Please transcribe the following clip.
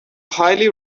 highly